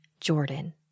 Jordan